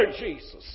Jesus